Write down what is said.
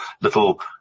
little